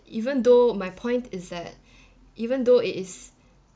even though my point is that even though it is